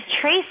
trace